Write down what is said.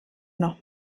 noch